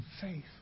faith